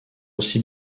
aussi